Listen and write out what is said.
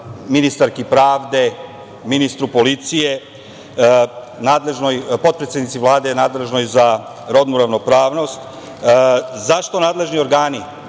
ministarki pravde, ministru policije, potpredsednici Vlade nadležnoj za rodnu ravnopravnost - zašto nadležni organi